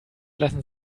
lassen